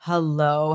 Hello